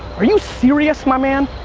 are you serious, my man?